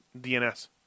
DNS